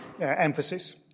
emphasis